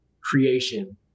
creation